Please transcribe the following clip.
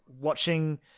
Watching